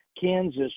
Kansas